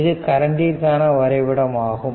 இது கரண்டிற்கான வரைபடம் ஆகும்